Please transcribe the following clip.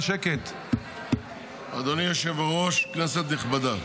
אדוני היושב-ראש, כנסת נכבדה,